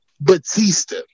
Batista